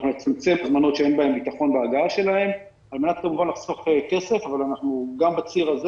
נצמצם הזמנות שאין ביטחון בהגעה שלהן על מנת לחסוך כסף אבל גם בציר הזה,